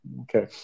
okay